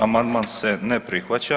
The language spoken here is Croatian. Amandman se ne prihvaća.